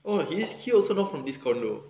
!wah! he is he also not from this condominium